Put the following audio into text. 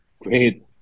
great